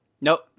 Nope